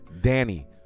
Danny